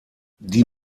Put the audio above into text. die